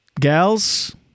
gals